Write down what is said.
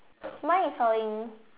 mine is sawing